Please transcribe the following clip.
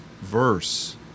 verse